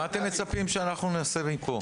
מה אתם מצפים שאנחנו נעשה מפה?